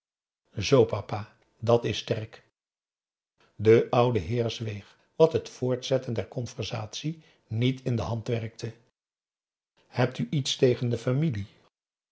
zoo papa dat is sterk de oude heer zweeg wat het voortzetten der conversatie niet in de hand werkte hebt u iets tegen de familie